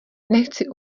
nechci